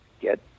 get